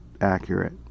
accurate